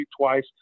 twice